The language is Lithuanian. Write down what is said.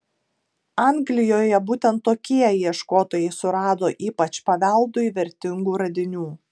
anglijoje būtent tokie ieškotojai surado ypač paveldui vertingų radinių